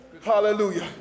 Hallelujah